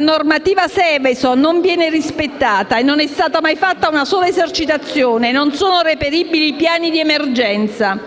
normativa Seveso non viene rispettata, non è stata mai fatta una sola esercitazione, e non sono reperibili i piani di emergenza.